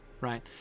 right